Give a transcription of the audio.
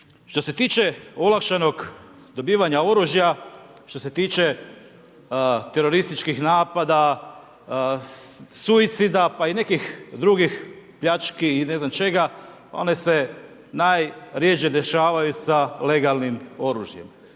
Što se tiče olakšanog dobivanja oružja, što se tiče terorističkih napada, suicida pa i nekih drugih pljački i ne znam čega, one se najrjeđe dešavaju sa legalnim oružjem.